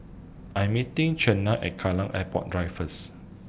I'm meeting Cheyanne At Kallang Airport Drive First